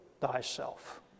thyself